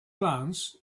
glance